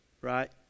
right